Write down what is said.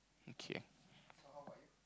okay